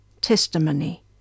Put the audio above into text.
testimony